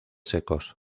secos